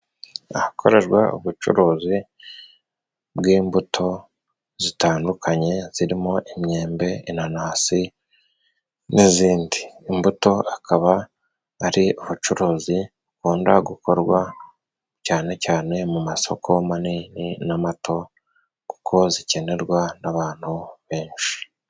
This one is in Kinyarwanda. Ahakorerwa ubucuruzi bw'imbuto zitandukanye zirimo: imyembe, inanasi, n'izindi. Imbuto akaba ari abacuruzi bakunda gukorwa cyane cyane mu masoko manini n'amato kuko zikenerwa n'abantu benshi.